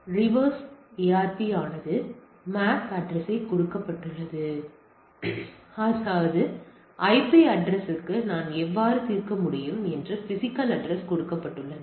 reverse ARP ஆனது MAC address கொடுக்கப்பட்டுள்ளது அல்லது ஐபி அட்ரஸ்க்கு நான் எவ்வாறு தீர்க்க முடியும் என்று பிஸிக்கல் அட்ரஸ்கொடுக்கப்பட்டுள்ளது